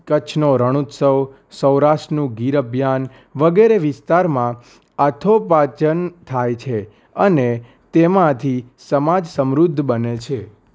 કચ્છનો રણોત્સવ સૌરાષ્ટ્રનું ગીર અભ્યારણ્ય વગેરે વિસ્તારમાં આર્થોપાર્જન થાય છે અને તેમાંથી સમાજ સમૃદ્ધ બને છે